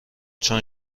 چون